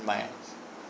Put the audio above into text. my